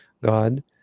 God